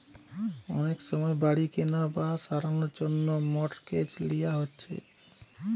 অনেক সময় বাড়ি কিনা বা সারানার জন্যে মর্টগেজ লিয়া হচ্ছে